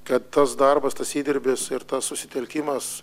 kad tas darbas tas įdirbis ir tas susitelkimas